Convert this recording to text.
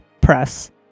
press